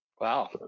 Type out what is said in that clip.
Wow